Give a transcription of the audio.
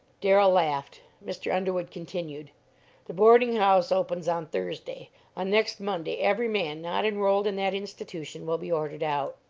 darrell laughed. mr. underwood continued the boarding-house opens on thursday on next monday every man not enrolled in that institution will be ordered out.